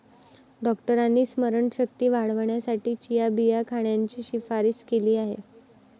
डॉक्टरांनी स्मरणशक्ती वाढवण्यासाठी चिया बिया खाण्याची शिफारस केली आहे